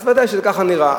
ודאי שזה ככה נראה.